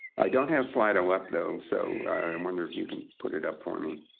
i don't have slido up, though. so i'm wondering if you can put it up for me.